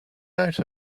out